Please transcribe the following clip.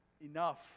enough